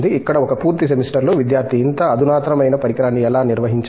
ఇక్కడ ఒక పూర్తి సెమిస్టర్ లో విద్యార్థి ఇంత అధునాతనమైన పరికరాన్ని ఎలా నిర్వహించాలి